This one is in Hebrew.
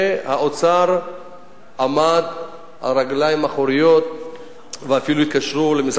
והאוצר עמד על הרגליים האחוריות ואפילו התקשרו למשרד